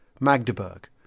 Magdeburg